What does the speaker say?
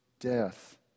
death